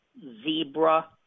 Zebra